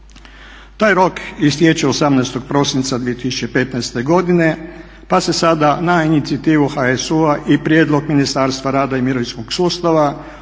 Taj rok istječe 18. prosinca 2015. godine pa se sada na inicijativu HSU-a i prijedlog Ministarstva rada i mirovinskog sustava